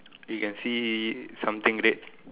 you can see something red